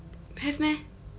have meh